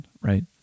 right